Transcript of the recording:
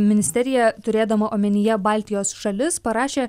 ministerija turėdama omenyje baltijos šalis parašė